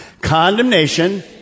Condemnation